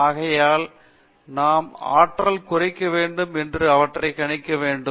ஆகையால் நாம் ஆற்றல் குறைக்க வேண்டும் மற்றும் அவற்றை கணிக்க வேண்டும்